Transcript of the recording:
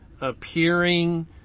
appearing